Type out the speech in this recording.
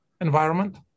environment